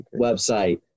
website